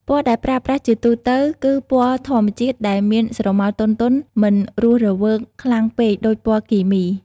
ពណ៌ដែលប្រើប្រាស់ជាទូទៅគឺពណ៌ធម្មជាតិដែលមានស្រមោលទន់ៗមិនរស់រវើកខ្លាំងពេកដូចពណ៌គីមី។